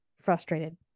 frustrated